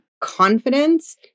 confidence